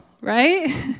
right